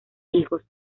hijos